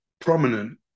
prominent